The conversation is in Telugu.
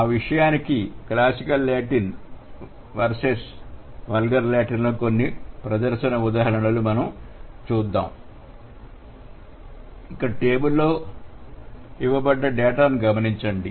ఆ విషయానికి classical Latin versus vulgar Latin లో కొన్ని ప్రదర్శనల ఉదాహరణను చూద్దాం ఇక్కడ టేబుల్ లో ఇవ్వబడ్డ డేటాను చూడండి